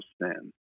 sin